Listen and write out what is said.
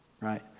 right